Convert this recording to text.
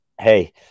hey